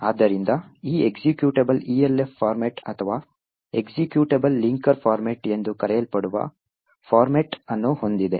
ಆದ್ದರಿಂದ ಈ executable ELF format ಅಥವಾ ಎಕ್ಸಿಕ್ಯೂಟಬಲ್ ಲಿಂಕರ್ ಫಾರ್ಮ್ಯಾಟ್ ಎಂದು ಕರೆಯಲ್ಪಡುವ ಫಾರ್ಮ್ಯಾಟ್ ಅನ್ನು ಹೊಂದಿದೆ